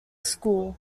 school